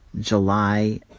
July